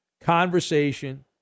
conversation